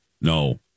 no